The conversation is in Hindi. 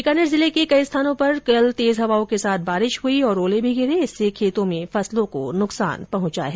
बीकानेर जिले के कई स्थानों पर कल तेज हवाओं के साथ बारिश हुई और ओले भी गिरे इससे खेतों में फसलों को नुकसान पहुंचा है